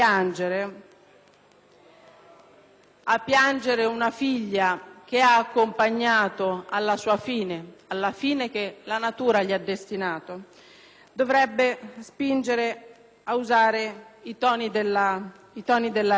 a piangere una figlia che ha accompagnato alla sua fine, alla fine che la natura le ha destinato, dovrebbe spingere a usare i toni della ragione.